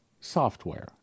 software